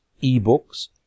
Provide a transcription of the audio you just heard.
e-books